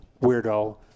Weirdo